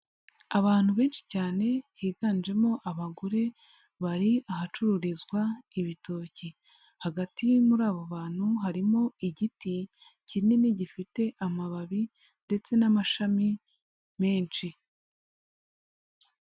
Abantu benshi cyane higanjemo abagore bari ahacururizwa ibitoki, hagati muri abo bantu harimo igiti kinini gifite amababi ndetse n'amashami menshi.